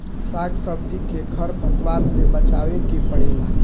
साग सब्जी के खर पतवार से बचावे के पड़ेला